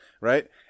Right